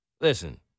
listen